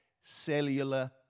cellular